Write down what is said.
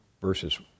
versus